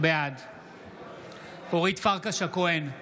בעד אורית פרקש הכהן,